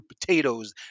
potatoes